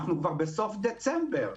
אנחנו כבר בסוף דצמבר.